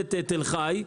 מכללת תל חי,